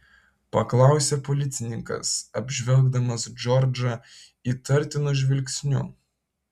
paklausė policininkas apžvelgdamas džordžą įtartinu žvilgsniu